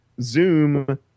Zoom